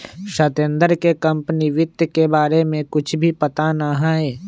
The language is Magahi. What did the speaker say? सत्येंद्र के कंपनी वित्त के बारे में कुछ भी पता ना हई